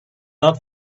not